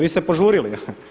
Vi ste požurili.